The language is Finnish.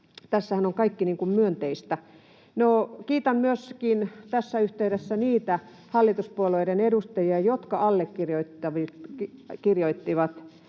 tässähän on kaikki myönteistä. No, kiitän myöskin tässä yhteydessä niitä hallituspuolueiden edustajia, jotka allekirjoittivat